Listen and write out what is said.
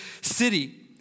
city